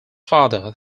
father